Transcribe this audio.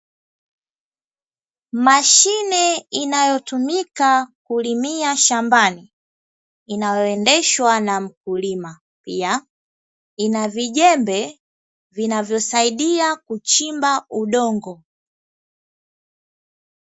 Mashine inayotumika kulimia shambani, inayoondeshwa na mkulima. Pia, ina vijembe vinavyosaidia kuchimba udongo.